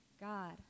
God